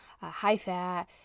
high-fat